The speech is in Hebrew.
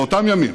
באותם ימים,